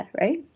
right